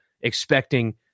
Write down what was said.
expecting